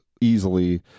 easily